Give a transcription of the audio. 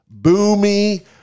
boomy